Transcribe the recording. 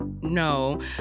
no